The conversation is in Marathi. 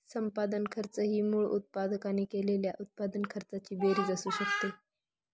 संपादन खर्च ही मूळ उत्पादकाने केलेल्या उत्पादन खर्चाची बेरीज असू शकते